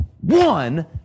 one